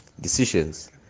decisions